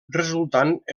resultant